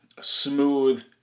smooth